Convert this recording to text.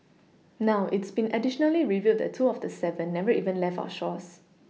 now it's been additionally revealed that two of the seven never even left our shores